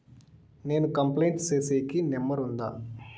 నేను కంప్లైంట్ సేసేకి నెంబర్ ఉందా?